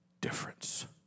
Difference